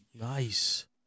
Nice